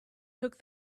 took